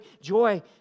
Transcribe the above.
joy